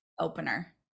opener